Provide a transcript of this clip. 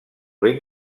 ben